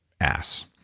ass